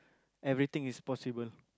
everything is possible